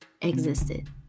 existed